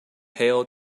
hail